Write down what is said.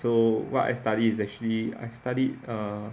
so what I study is actually I study err